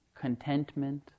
contentment